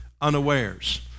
unawares